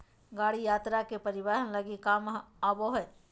गाड़ी यात्री के परिवहन लगी काम आबो हइ